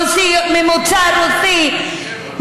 ממוצא רוסי,